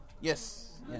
Yes